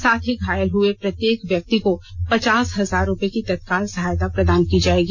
साथ ही घायल हुए प्रत्येक व्यक्ति को पचास हजार रुपये की तत्काल सहायता प्रदान की जाएगी